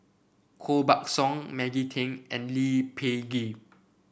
Koh Buck Song Maggie Teng and Lee Peh Gee